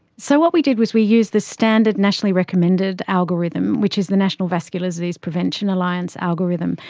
so what we did was we used the standard nationally recommended algorithm, which is the national vascular disease prevention alliance algorithm.